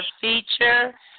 feature